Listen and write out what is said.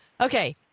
Okay